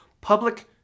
public